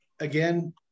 again